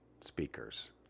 speakers